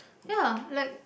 ya like